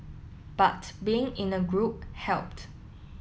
but being in a group helped